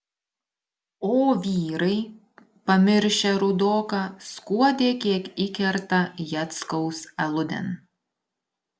o vyrai pamiršę rudoką skuodė kiek įkerta jackaus aludėn